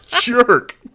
jerk